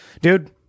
Dude